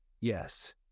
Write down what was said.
Yes